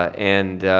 and